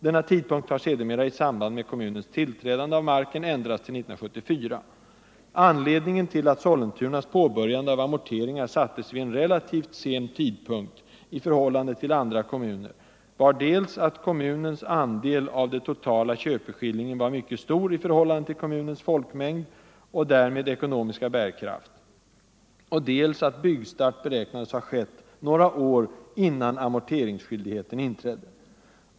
Denna tidpunkt har sedermera i samband med kommunens tillträdande av marken ändrats till 1974. Anledningen till att Sollentunas påbörjande av amorteringar sattes vid en relativt sen tidpunkt i förhållande till andra kommuner var dels att kommunens andel av den totala köpeskillingen var mycket stor i förhållande till kommunens folkmängd och därmed ekonomiska bärkraft och dels att byggstart be räknades ha skett några år innan amorteringsskyldigheten inträdde.